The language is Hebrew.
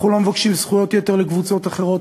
אנחנו לא מבקשים זכויות יתר לקבוצות אחרות,